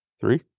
three